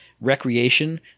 Recreation